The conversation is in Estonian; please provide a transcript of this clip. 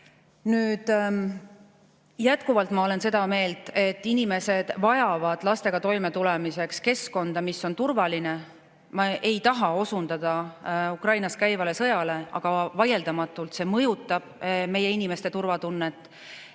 taanduma. Jätkuvalt ma olen seda meelt, et inimesed vajavad lastega toimetulemiseks keskkonda, mis on turvaline. Ma ei taha osundada Ukrainas käivale sõjale, aga vaieldamatult see mõjutab meie inimeste turvatunnet.